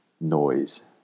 noise